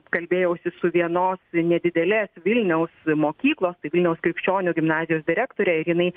kalbėjausi su vienos nedidelės vilniaus mokyklos tai vilniaus krikščionių gimnazijos direktore ir jinai